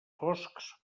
foscs